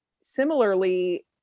similarly